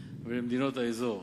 ולמדינות האזור.